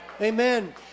Amen